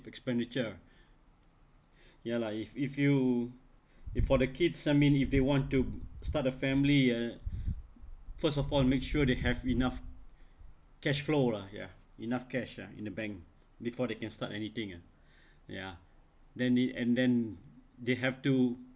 expenditure ya lah if if you if for the kids I mean if they want to start a family uh first of all make sure they have enough cash flow ya enough cash ya in the bank before they can start anything ah ya then he and then they have to